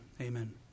Amen